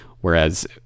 whereas